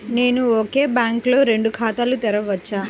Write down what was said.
నేను ఒకే బ్యాంకులో రెండు ఖాతాలు తెరవవచ్చా?